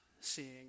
seeing